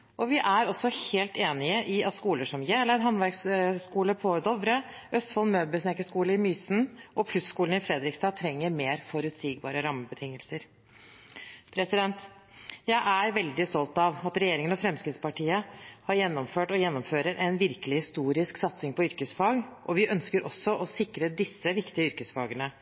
rammebetingelser. Vi er også helt enig i at skoler som Hjerleid Handverksskole på Dovre, Østfold Møbelsnekkerskole i Mysen og Plus-skolen i Fredrikstad trenger mer forutsigbare rammebetingelser. Jeg er veldig stolt av at regjeringen og Fremskrittspartiet har gjennomført og gjennomfører en virkelig historisk satsing på yrkesfag, og vi ønsker også å sikre disse viktige yrkesfagene.